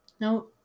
No